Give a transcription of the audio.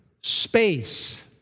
space